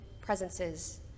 presences